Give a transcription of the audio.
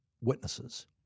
witnesses